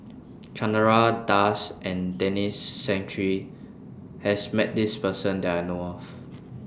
Chandra Das and Denis Santry has Met This Person that I know of